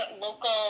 local